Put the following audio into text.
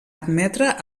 admetre